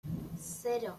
cero